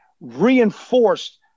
reinforced